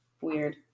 Weird